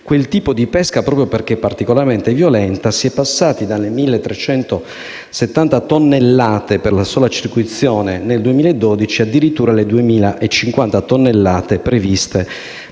quel tipo di pesca, proprio perché particolarmente violenta, si è passati da 1.370 tonnellate per la sola circuizione nel 2012 addirittura a 2.050 tonnellate previste